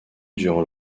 durant